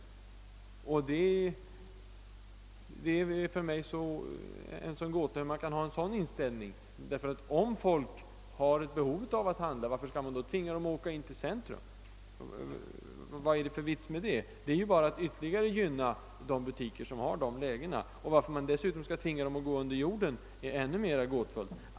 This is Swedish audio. Det är för mig en gåta hur man kan ha en sådan inställning. Om folk har ett önskemål att få handla, varför skall man då tvinga dem att åka in till centrum? Vad är det för vits med det? Det innebär ju bara att man ytterligare gynnar de butiker som har ett centralt läge. Varför man dessutom skall tvinga folk att gå under jorden är ännu mera gåtfullt.